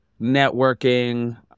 networking